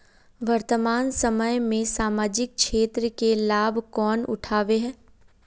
वर्तमान समय में सामाजिक क्षेत्र के लाभ कौन उठावे है?